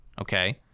Okay